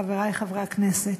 חברי חברי הכנסת,